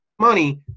money